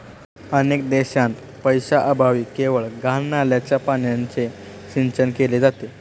अनेक देशांत पैशाअभावी केवळ घाण नाल्याच्या पाण्याने सिंचन केले जाते